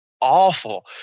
awful